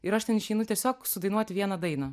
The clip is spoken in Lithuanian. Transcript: ir aš ten išeinu tiesiog sudainuoti vieną dainą